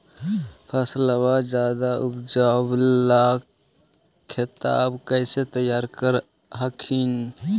फसलबा ज्यादा उपजाबे ला खेतबा कैसे तैयार कर हखिन?